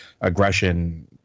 aggression